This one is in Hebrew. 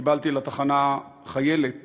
קיבלתי לתחנה חיילת